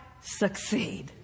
succeed